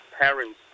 parents